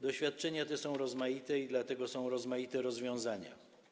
Doświadczenia te są rozmaite i dlatego rozmaite są rozwiązania.